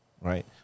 right